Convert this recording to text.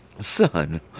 Son